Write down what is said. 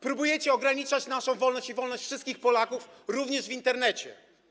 Próbujecie ograniczać naszą wolność i wolność wszystkich Polaków również w Internecie.